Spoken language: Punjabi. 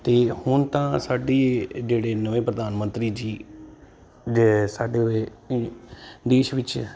ਅਤੇ ਹੁਣ ਤਾਂ ਸਾਡੀ ਜਿਹੜੇ ਨਵੇਂ ਪ੍ਰਧਾਨ ਮੰਤਰੀ ਜੀ ਜੇ ਸਾਡੇ ਦੇਸ਼ ਵਿੱਚ